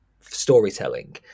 storytelling